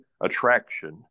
attraction